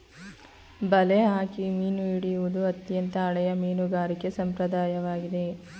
ಬಲೆ ಹಾಕಿ ಮೀನು ಹಿಡಿಯುವುದು ಅತ್ಯಂತ ಹಳೆಯ ಮೀನುಗಾರಿಕೆ ಸಂಪ್ರದಾಯವಾಗಿದೆ